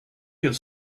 could